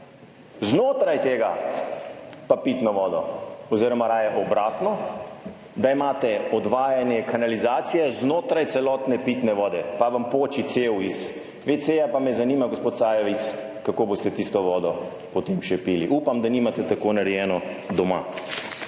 znotraj tega pa pitno vodo oziroma raje obratno, da imate odvajanje kanalizacije znotraj celotne pitne vode, pa vam poči cev iz WC, pa me zanima, gospod Sajovic, kako boste tisto vodo potem še pili. Upam, da nimate tako narejeno doma.